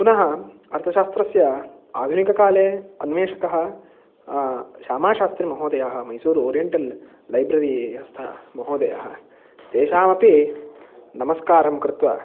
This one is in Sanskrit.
पुनः अर्थशास्त्रस्य आधुनिककाले अन्वेषकः श्यामाशास्त्रिमहोदयः मैसूरु ओरियण्टल् लैब्ररिस्थः महोदयः तेषामपि नमस्कारं कृत्वा